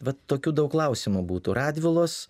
bet tokių daug klausimų būtų radvilos